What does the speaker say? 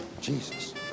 Jesus